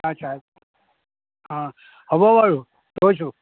আচ্ছা অঁ হ'ব বাৰু থৈছোঁ